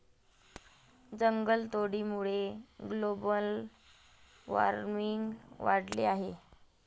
जंगलतोडीमुळे global warming वाढले आहे